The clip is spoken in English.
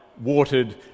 watered